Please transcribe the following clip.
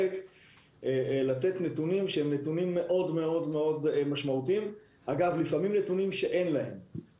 לתת נתונים משמעותיים שלפעמים כלל אין בידי החברות.